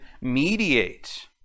mediate